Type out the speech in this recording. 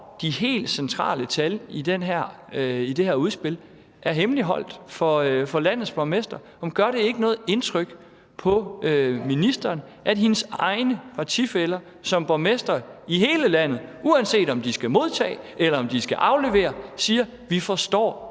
de helt centrale tal i det her udspil er hemmeligholdt for landets borgmestre. Gør det ikke noget indtryk på ministeren, at hendes egne partifæller, borgmestre i hele landet, siger, uanset om de skal modtage, eller om de skal aflevere, at de ikke forstår